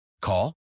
Call